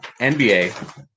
NBA